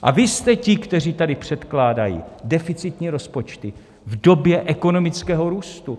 A vy jste ti, kteří tady předkládají deficitní rozpočty v době ekonomického růstu.